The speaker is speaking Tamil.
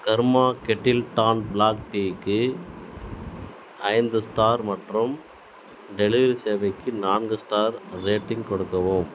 கர்மா கெட்டில் டான் பிளாக் டீக்கு ஐந்து ஸ்டார் மற்றும் டெலிவரி சேவைக்கு நான்கு ஸ்டார் ரேட்டிங் கொடுக்கவும்